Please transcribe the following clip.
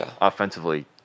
offensively